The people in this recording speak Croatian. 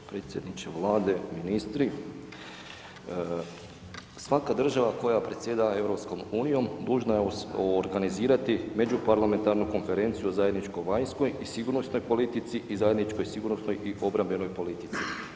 Predsjedniče Vlade, ministri, svaka država koja predsjeda EU dužna je organizirati međuparlamentarnu konferenciju o zajedničkoj vanjskoj i sigurnosnoj politici i zajedničkoj sigurnosnoj i obrambenoj politici.